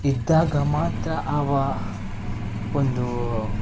ಇದ್ದಾಗ ಮಾತ್ರ ಅವ ಒಂದು